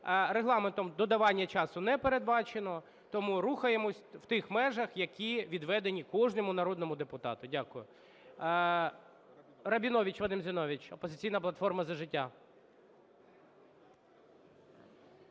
Регламентом додавання часу не передбачено, тому рухаємося в тих межах, які відведені кожному народному депутату. Дякую. Рабінович Вадим Зіновійович, "Опозиційна платформа – За життя".